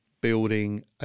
building